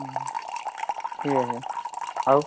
ହୁଁ ଠିକ୍ ଅଛି ଆଉ